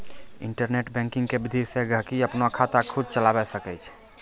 internet banking के विधि से गहकि अपनो खाता खुद चलावै सकै छै